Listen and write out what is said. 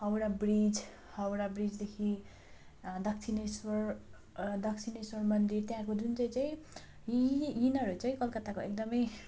Howrah bridge Howrah ब्रिजदेखि दक्षिणेश्वर दक्षिणेश्वर मन्दिर त्यहाँको जुन चाहिँ चाहिँ यी यिनीहरू चाहिँ कलकत्ताको एकदम